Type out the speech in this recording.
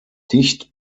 dicht